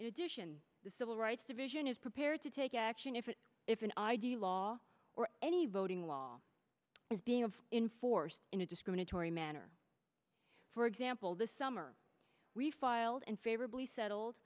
in addition the civil rights division is prepared to take action if it if an idea law or any voting law is being of in force in a discriminatory manner for example this summer we filed and favorably settled